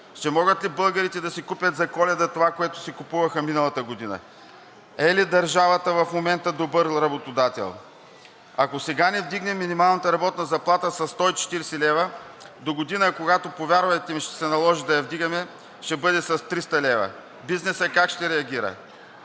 Ще могат ли българите да си купят за Коледа това, което си купуваха миналата година? Е ли държавата в момента добър работодател? Ако сега не вдигнем минималната работна заплата със 140 лв., догодина, когато, повярвайте ми, ще се наложи да я вдигаме с 300 лв., бизнесът как ще реагира?!